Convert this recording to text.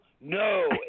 No